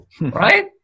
right